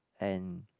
and